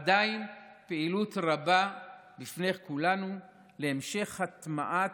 עדיין יש בפני כולנו פעילות רבה להמשך הטמעה